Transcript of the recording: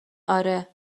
آره